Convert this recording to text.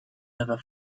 ever